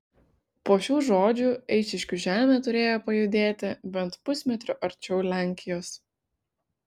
po šių žodžių eišiškių žemė turėjo pajudėti bent pusmetriu arčiau lenkijos